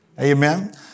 Amen